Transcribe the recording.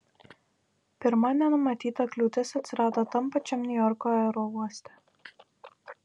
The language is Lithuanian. pirma nenumatyta kliūtis atsirado tam pačiam niujorko aerouoste